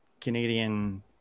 Canadian